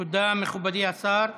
תודה, מכובדי השר.